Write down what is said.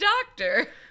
doctor